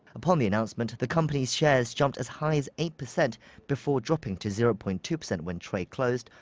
upon the announcement, the company's shares jumped as high as eight percent before dropping to zero point two percent when trade closed,